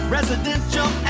Residential